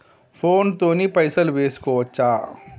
Phone తోని పైసలు వేసుకోవచ్చా?